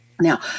Now